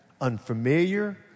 unfamiliar